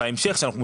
בהמשך כשאנחנו,